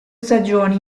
stagioni